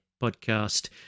podcast